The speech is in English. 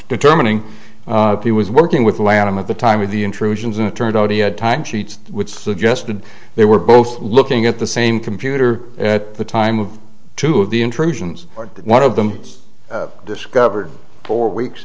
determining if he was working with lanham of the time of the intrusions and it turned out he had time sheets which suggested they were both looking at the same computer at the time of two of the intrusions or one of them was discovered for weeks